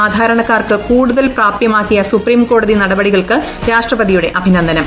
സാധാരണക്കാർക്ക് കൂടുതൽ പ്രാപൃമാക്കിയ സുപ്രീംകോടതി നടപടികൾക്ക് രാഷ്ട്രപതിയുടെ അഭിനന്ദനം